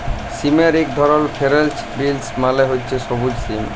সিমের ইক ধরল ফেরেল্চ বিলস মালে হছে সব্যুজ সিম